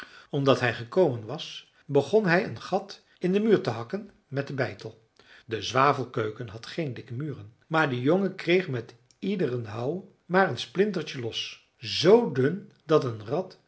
omdat hij gekomen was begon hij een gat in den muur te hakken met den beitel de zwavelkeuken had geen dikke muren maar de jongen kreeg met iederen houw maar een splintertje los z dun dat een rat